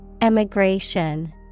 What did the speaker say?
Emigration